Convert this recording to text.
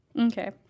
Okay